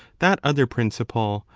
that other principle,